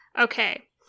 Okay